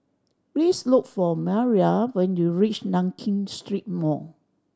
please look for Mariela when you reach Nankin Street Mall